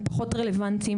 הם פחות רלוונטיים.